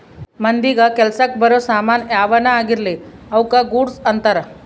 ಮಂದಿಗ ಕೆಲಸಕ್ ಬರೋ ಸಾಮನ್ ಯಾವನ ಆಗಿರ್ಲಿ ಅವುಕ ಗೂಡ್ಸ್ ಅಂತಾರ